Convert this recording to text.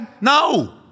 No